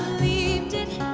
believed it